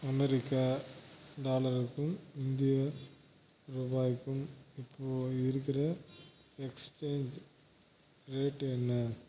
அமெரிக்க டாலருக்கும் இந்திய ரூபாய்க்கும் இப்போது இருக்கிற எக்ஸ்டேஞ்ச் ரேட் என்ன